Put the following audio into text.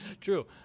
True